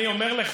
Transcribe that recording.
אני אומר לך.